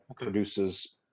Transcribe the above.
produces